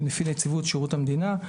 שמפעיל נציבות שירות המדינה,